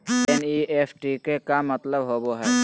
NEFT के का मतलव होव हई?